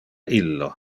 illo